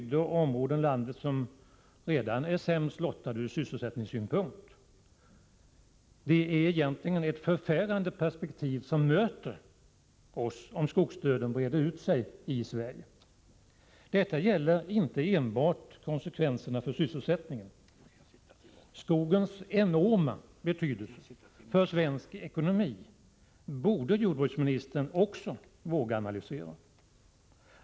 Det är de områden i landet som redan är sämst lottade ur sysselsättningsynpunkt. Det är ett förskräckande perspektiv som möter oss om skogsdöden breder ut sig i Sverige. Detta gäller inte enbart konsekvenserna för sysselsättningen. Skogens enorma betydelse för svensk ekonomi borde jordbruksministern också våga analysera.